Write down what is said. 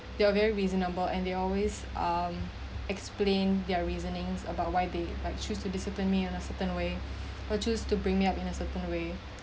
they are very reasonable and they always um explain their reasonings about why they like choose to discipline me in a certain way or choose to bring me up in a certain way